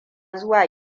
zuwa